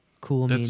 Cool